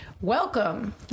welcome